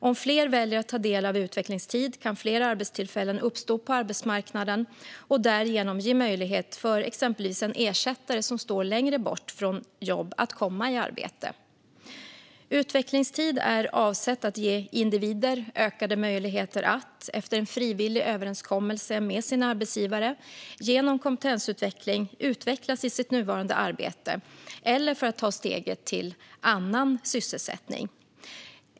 Om fler väljer att ta del av utvecklingstid kan fler arbetstillfällen uppstå på arbetsmarknaden, och därigenom ges möjlighet för exempelvis en ersättare som står längre bort från jobb att komma i arbete. Utvecklingstiden är avsedd att ge individer ökade möjligheter att, efter en frivillig överenskommelse med sin arbetsgivare, genom kompetensutveckling utvecklas i sitt nuvarande arbete eller ta steget till annan sysselsättning.